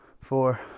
four